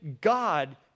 God